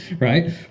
right